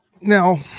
Now